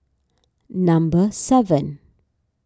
number seven